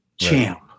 champ